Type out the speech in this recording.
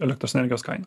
elektros energijos kaina